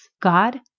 God